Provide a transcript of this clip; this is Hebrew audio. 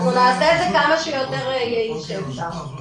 אנחנו נעשה את זה כמה שיותר יעיל שאפשר.